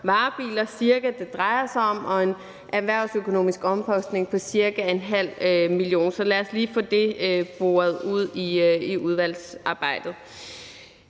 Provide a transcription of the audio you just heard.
varebiler, det drejer sig om, og en erhvervsøkonomisk omkostning på ca. 0,5 mio. kr. Så lad os lige få det boret ud i udvalgsarbejdet.